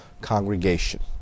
congregation